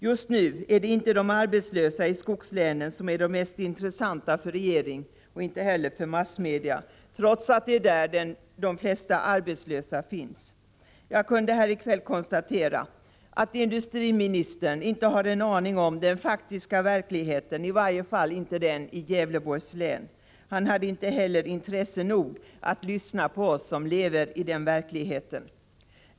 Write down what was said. Just nu är det inte de arbetslösa i skogslänen som är de mest intressanta för regeringen och inte heller för massmedia, trots att det är där som de flesta arbetslösa finns. Jag kunde här i kväll konstatera att industriministern inte har en aning om den faktiska verkligheten, i varje fall inte den i Gävleborgs län. Han hade inte heller intresse nog att lyssna på oss som lever i den verkligheten.